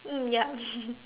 mm yup